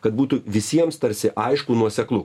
kad būtų visiems tarsi aišku nuoseklu